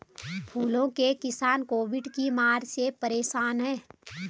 फूलों के किसान कोविड की मार से परेशान है